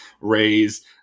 raise